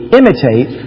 imitate